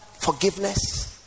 forgiveness